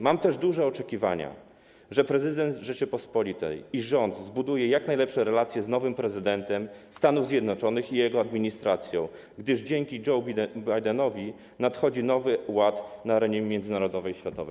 Mam też duże oczekiwania, że prezydent Rzeczypospolitej i rząd zbudują jak najlepsze relacje z nowym prezydentem Stanów Zjednoczonych i jego administracją, gdyż dzięki Joe Bidenowi nadchodzi nowy ład na arenie międzynarodowej, światowej.